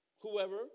whoever